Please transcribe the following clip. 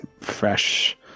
fresh